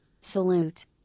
Salute